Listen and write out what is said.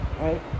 right